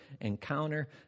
encounter